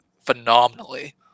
phenomenally